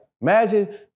Imagine